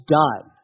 done